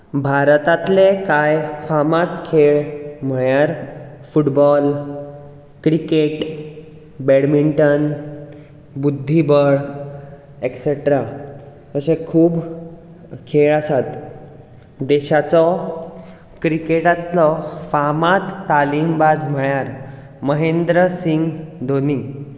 भारतांतले कांय फामाद खेळ म्हणल्यार फुटबॉल क्रिकेट बॅडमिंटन बुद्धीबळ एक्सेट्रा अशे खूब खेळ आसात देशाचो क्रिकेटांतलो फामाद तालीमबाज म्हळ्यार महेंद्र सिंग धोनी